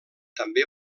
també